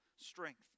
Strength